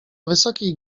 wysokiej